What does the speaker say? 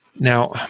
Now